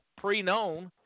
pre-known